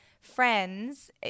friends